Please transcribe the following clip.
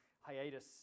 hiatus